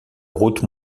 route